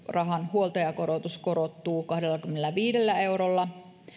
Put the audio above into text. huoltajakorotus korottuu kahdellakymmenelläviidellä eurolla